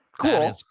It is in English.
cool